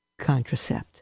contracept